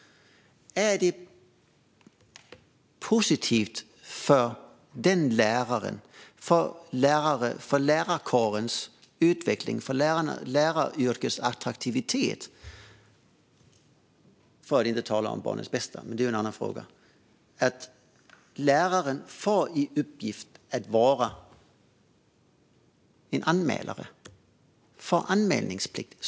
Är det positivt för lärarkårens utveckling, för läraryrkets attraktivitet - för att inte tala om barnets bästa, men det är en annan fråga - att läraren får i uppgift att vara en anmälare, får anmälningsplikt?